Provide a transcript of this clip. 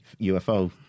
UFO